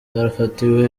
yafatiwe